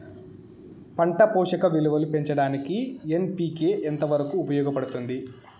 పంట పోషక విలువలు పెంచడానికి ఎన్.పి.కె ఎంత వరకు ఉపయోగపడుతుంది